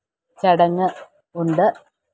ചടങ്ങ് ഉണ്ട്